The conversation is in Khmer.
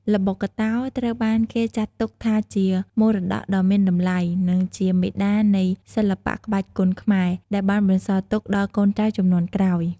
ល្បុក្កតោ ត្រូវបានគេចាត់ទុកថាជា មរតកដ៏មានតម្លៃ និងជាមាតានៃសិល្បៈក្បាច់គុនខ្មែរ ដែលបានបន្សល់ទុកដល់កូនចៅជំនាន់ក្រោយ។